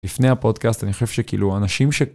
לפני הפודקאסט אני חושב שכאילו אנשים ש...